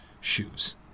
shoes